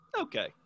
Okay